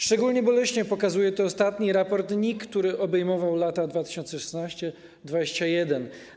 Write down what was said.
Szczególnie boleśnie pokazuje to ostatni raport NIK, który obejmował lata 2016-2021.